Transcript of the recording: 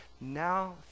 Now